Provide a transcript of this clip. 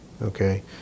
Okay